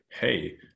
hey